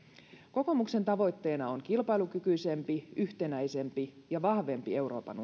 kokoomuksen tavoitteena on kilpailukykyisempi yhtenäisempi ja vahvempi euroopan